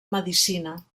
medicina